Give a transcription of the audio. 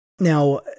Now